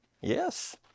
Yes